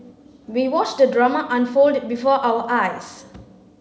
we watched the drama unfold before our eyes